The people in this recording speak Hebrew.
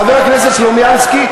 חבר הכנסת סלומינסקי,